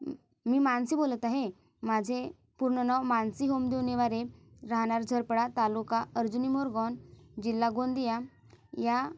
मी मानसी बोलत आहे माझे पूर्ण नाव मानसी होंद्यु निवारे राहणार झरपडा तालुका अर्जुनी मोरगोन जिल्हा गोंदिया ह्या